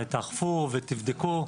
תאכפו ותבדקו.